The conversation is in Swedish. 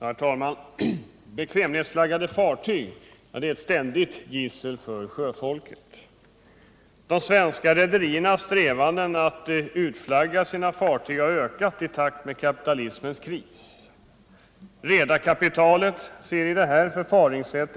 Herr talman! Bekvämlighetsflaggade fartyg är ett ständigt gissel för sjöfolket. De svenska rederiernas strävanden att utflagga sina fartyg har ökat i takt med kapitalismens kris. Redarkapitalet ser i detta förfaringssätt